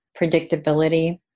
predictability